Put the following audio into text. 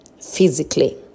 physically